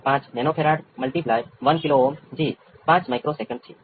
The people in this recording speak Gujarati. આ કિસ્સામાં મને V p વર્ગમૂળમાં 1 ω C R વર્ગ cos 5 tan inverse ω C R V 0 મળે છે